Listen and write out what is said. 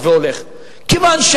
תביעות.